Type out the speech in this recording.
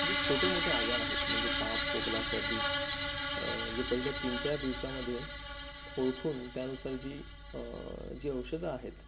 जे छोटे मोठे आजार आहेत म्हणजे ताप खोकला सर्दी जे पहिल्या तीन चार दिवसामध्ये ओळखून त्यानुसार जी जी औषधं आहेत